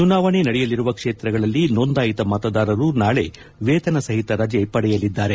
ಚುನಾವಣೆ ನಡೆಯಲಿರುವ ಕ್ಷೇತ್ರಗಳಲ್ಲಿ ನೋಂದಾಯಿತ ಮತದಾರರು ನಾಳೆ ವೇತನ ಸಹಿತ ರಜೆ ಪಡೆಯಲಿದ್ದಾರೆ